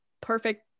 perfect